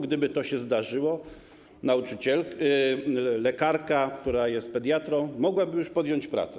Gdyby to się zdarzyło, lekarka, która jest pediatrą, mogłaby już podjąć pracę.